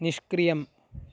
निष्क्रियम्